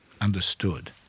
understood